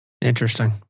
Interesting